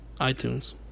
iTunes